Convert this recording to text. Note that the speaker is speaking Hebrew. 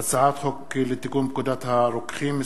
הצעת חוק לתיקון פקודת הרוקחים (מס'